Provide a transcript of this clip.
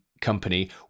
company